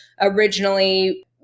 originally